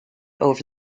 over